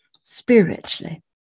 Spiritually